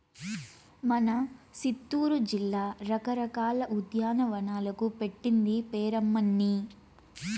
మన సిత్తూరు జిల్లా రకరకాల ఉద్యానవనాలకు పెట్టింది పేరమ్మన్నీ